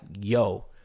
yo